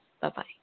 Bye-bye